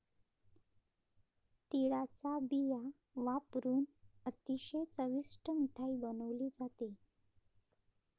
तिळाचा बिया वापरुन अतिशय चविष्ट मिठाई बनवली जाते